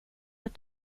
att